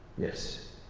yes.